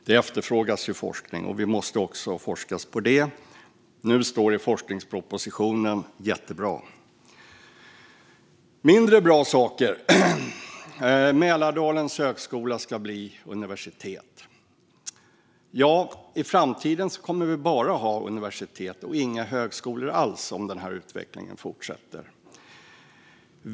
Det efterfrågas forskning. Nu finns det med i forskningspropositionen, och det är jättebra. Då kommer jag över till de mindre bra sakerna. Mälardalens högskola ska bli universitet. I framtiden kommer det att bara finnas universitet och inga högskolor alls om den här utvecklingen fortsätter.